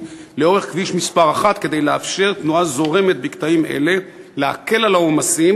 לאורך כביש מס' 1 כדי לאפשר תנועה זורמת בקטעים אלה ולהקל על העומסים,